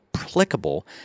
applicable